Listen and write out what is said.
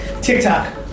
TikTok